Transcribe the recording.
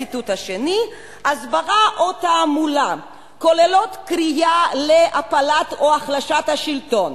הציטוט השני: "הסברה או תעמולה כוללות קריאה להפלת או החלשת השלטון,